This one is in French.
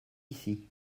ici